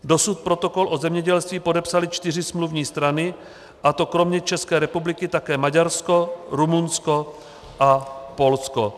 Dosud protokol o zemědělství podepsaly čtyři smluvní strany, a to kromě České republiky také Maďarsko, Rumunsko a Polsko.